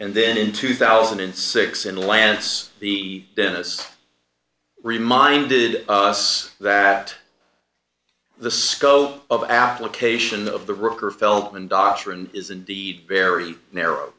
and then in two thousand and six in lance the dennis reminded us that the scope of application of the rotor felt and doctrine is indeed very narrow